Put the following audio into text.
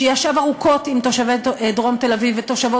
שישב ארוכות עם תושבי דרום תל-אביב ותושבות